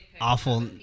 awful